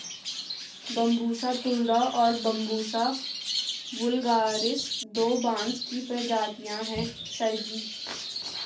Bambusa tulda और Bambusa vulgaris दो बांस की प्रजातियां हैं सर जी